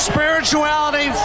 Spirituality